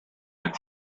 and